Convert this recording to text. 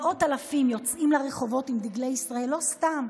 מאות אלפים יוצאים לרחובות עם דגלי ישראל לא סתם.